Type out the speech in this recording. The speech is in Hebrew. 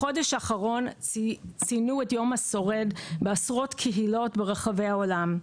בחודש האחרון ציינו את יום השורד בעשרות קהילות ברחבי העולם.